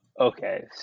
Okay